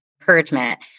encouragement